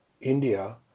India